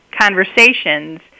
conversations